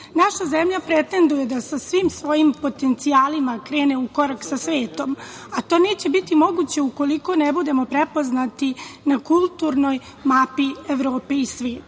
naša zemlja pretenduje da sa svim svojim potencijalima krene u korak sa svetom, a to neće biti moguće ukoliko ne budemo prepoznati na kulturnoj mapi Evrope i sveta. Zato